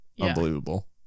unbelievable